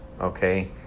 okay